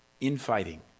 infighting